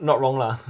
not wrong lah